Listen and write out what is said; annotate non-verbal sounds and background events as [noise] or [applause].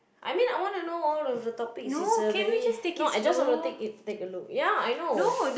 I mean I want to know all of the topics it's a very [breath] no I just want to take it take a look ya I know